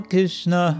Krishna